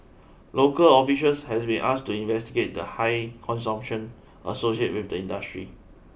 local officials have been asked to investigate the high consumption associated with the industry